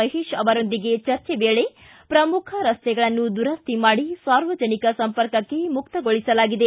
ಮಹೇತ್ ಅವರೊಂದಿಗಿನ ಚರ್ಚೆ ವೇಳೆ ಪ್ರಮುಖ ರಸ್ತೆಗಳನ್ನು ದುರಸ್ತಿ ಮಾಡಿ ಸಾರ್ವಜನಿಕ ಸಂಪರ್ಕಕ್ಕೆ ಮುಕ್ತಗೊಳಿಸಲಾಗಿದೆ